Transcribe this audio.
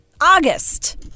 August